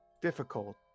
difficult